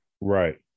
right